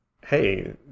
Hey